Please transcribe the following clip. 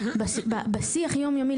בשיח יומיומי,